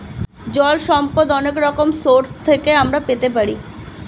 জল সম্পদ অনেক রকম সোর্স থেকে আমরা পেতে পারি